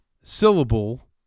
syllable